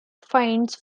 finds